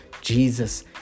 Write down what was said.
Jesus